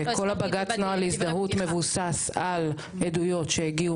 וכל הבג"ץ נוהל הזדהות מבוסס על עדויות שהגיעו